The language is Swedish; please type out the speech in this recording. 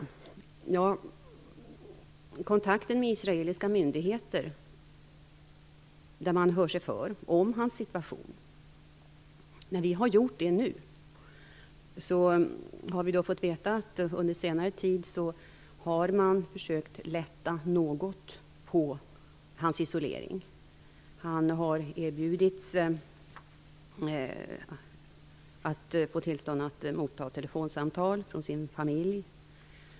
Man kan ha kontakter med israeliska myndigheter där man hör sig för om hans situation. När vi har gjort det nu har vi fått veta att under senare tid har man försökt lätta något på hans isolering. Han har erbjudits att få tillstånd att motta telefonsamtal från sin familj.